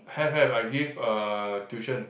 have have I give uh tuition